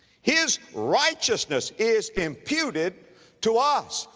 his righteousness is imputed to us.